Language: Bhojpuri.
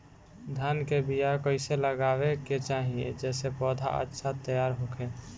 धान के बीया कइसे लगावे के चाही जेसे पौधा अच्छा तैयार होखे?